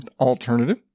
alternative